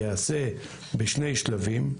ייעשה בשני שלבים.